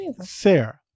Sarah